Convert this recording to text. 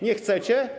Nie chcecie?